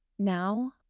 now